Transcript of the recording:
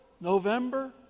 November